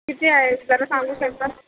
किती आहे जरा सांगू शकता